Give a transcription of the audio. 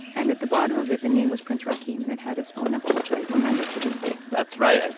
and at the bottom of it the name was prince hakeem and it had his phone number which i remember to this day. that's right.